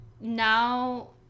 now